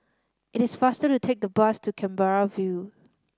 it is faster to take the bus to Canberra View